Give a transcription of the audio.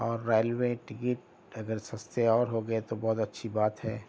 اور railway ticket اگر سستے اور ہو گئے تو بہت اچھی بات ہے